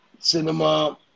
cinema